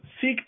Seek